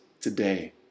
today